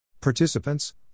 Participants